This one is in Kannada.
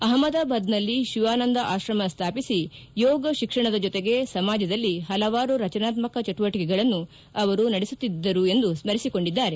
ಅಹಮದಾಬಾದ್ನಲ್ಲಿ ಶಿವಾನಂದ ಆಶ್ರಮ ಸ್ಥಾಪಿಸಿ ಯೋಗ ಶಿಕ್ಷಣದ ಜೊತೆಗೆ ಸಮಾಜದಲ್ಲಿ ಹಲವಾರು ರಚನಾತ್ಮಕ ಚಟುವಟಿಕೆಗಳನ್ನು ಅವರು ನಡೆಸುತ್ತಿದ್ದರು ಎಂದು ಸ್ಮರಿಸಿಕೊಂಡಿದ್ದಾರೆ